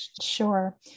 Sure